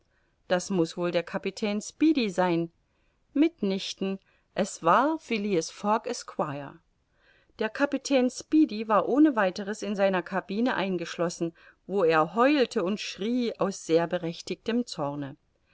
das muß wohl der kapitän speedy sein mit nichten es war phileas fogg esq der kapitän speedy war ohneweiters in seiner cabine eingeschlossen wo er heulte und schrie aus sehr berechtigtem zorne